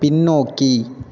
பின்னோக்கி